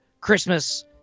Christmas